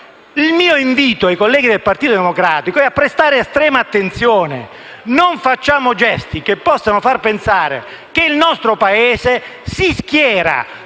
Il mio invito ai colleghi del Partito Democratico è a prestare estrema attenzione. Non facciamo gesti che possano far pensare che il nostro Paese si schiera